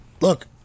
look